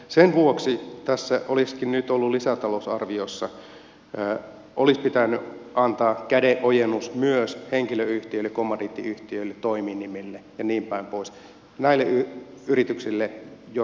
sen vuoksi nyt lisätalousarviossa olisikin pitänyt antaa kädenojennus myös henkilöyhtiöille kommandiittiyhtiöille toiminimille ja niin päin pois näille yrityksille jotka työllistävät